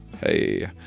hey